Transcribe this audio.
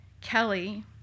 Kelly